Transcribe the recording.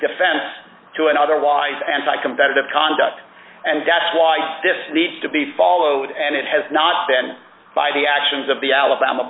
defense to an otherwise anti competitive conduct and that's why this needs to be followed and it has not been by the actions of the alabama